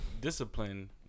Discipline